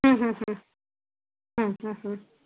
हम्म हम्म हम्म हम्म हम्म हम्म